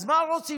אז מה רוצים,